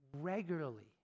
regularly